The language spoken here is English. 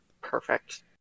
perfect